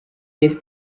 yahise